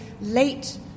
late